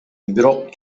бирок